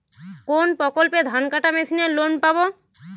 কোন প্রকল্পে ধানকাটা মেশিনের লোন পাব?